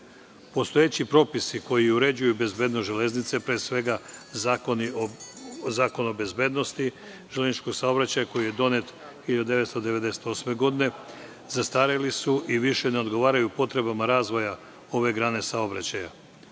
vremenom. Postojeći propisi koji uređuju bezbednost železnice, pre svega Zakon o bezbednosti železničkog saobraćaja koji je donet 1998. godine, zastareli su i više ne odgovaraju potrebama razvoja ove grane saobraćaja.